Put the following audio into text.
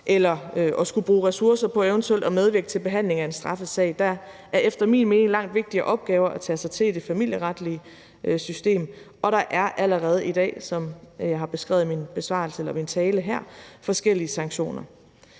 eller at skulle bruge ressourcer på eventuelt at medvirke ved behandlingen af en straffesag. Der er efter min mening langt vigtigere opgaver at tage sig til i det familieretlige system, og der er allerede i dag, som jeg har beskrevet i min besvarelse eller tale her, forskellige sanktioner.